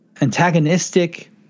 antagonistic